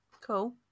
cool